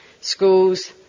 schools